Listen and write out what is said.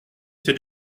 c’est